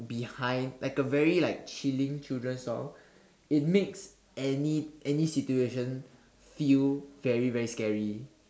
behind like a very like chilling children song it makes any any situation feel very very scary